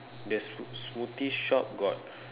there's smoothie shop got